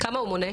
כמה הוא מונה?